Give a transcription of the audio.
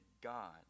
God